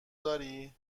داری